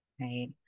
right